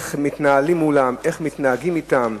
ואיך מתנהלים מולם, ואיך מתנהגים אתם,